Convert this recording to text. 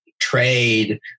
trade